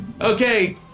Okay